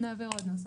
נעביר נוסח.